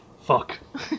Fuck